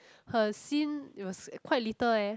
her scene it was quite little eh